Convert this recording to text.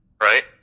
right